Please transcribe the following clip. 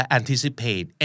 anticipate